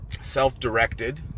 self-directed